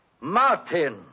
Martin